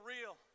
real